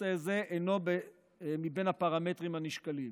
נושא זה אינו בין הפרמטרים הנשקלים.